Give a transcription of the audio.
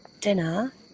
dinner